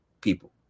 people